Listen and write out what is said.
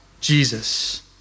Jesus